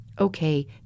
Okay